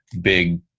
big